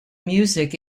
music